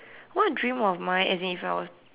what dream of mine as in if I was